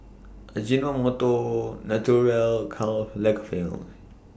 Ajinomoto Naturel Karl Lagerfeld